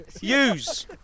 use